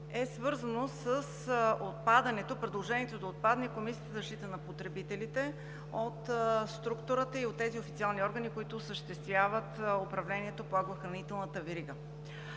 е свързано с предложението да отпадне Комисията за защита на потребителите от структурата и от тези официални органи, които осъществяват управлението по агрохранителната верига.